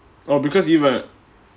because இவன்:ivan